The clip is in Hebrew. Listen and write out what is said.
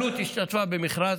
אלו"ט השתתפה במכרז,